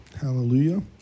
Hallelujah